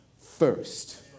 first